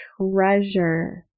treasure